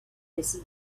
listen